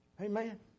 Amen